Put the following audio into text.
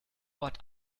ort